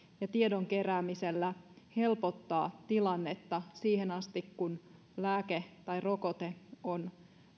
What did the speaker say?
ja tiedon keräämisellä helpottaa tilannetta siihen asti kun lääke tai rokote on